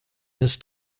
this